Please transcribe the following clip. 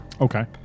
Okay